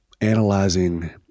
analyzing